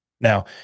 Now